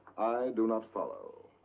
do not follow.